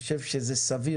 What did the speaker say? מוצר לפה אני חושב שזה סביר.